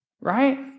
Right